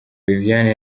viviane